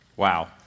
wow